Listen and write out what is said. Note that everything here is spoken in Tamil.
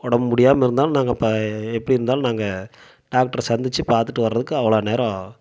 உடம்பு முடியாமல் இருந்தாலும் நாங்கள் ப எப்படி இருந்தாலும் நாங்கள் டாக்டரை சந்திச்சு பார்த்துட்டு வரறக்கு அவ்வளோ நேரம்